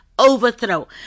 overthrow